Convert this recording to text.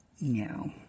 no